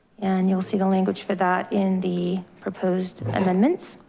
and you'll see the language for that in the proposed amendments.